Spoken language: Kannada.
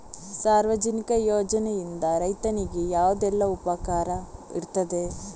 ಸಾರ್ವಜನಿಕ ಯೋಜನೆಯಿಂದ ರೈತನಿಗೆ ಯಾವುದೆಲ್ಲ ಉಪಕಾರ ಇರ್ತದೆ?